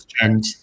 and-